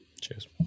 Cheers